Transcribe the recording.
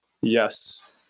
Yes